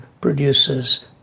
produces